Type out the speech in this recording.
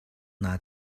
naa